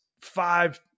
five